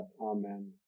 amen